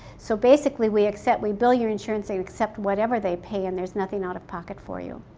so basically, we accept, we bill your insurance and accept whatever they pay and there's nothing out of pocket for you.